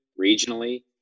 regionally